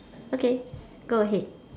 okay go ahead